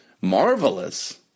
marvelous